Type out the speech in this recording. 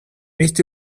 este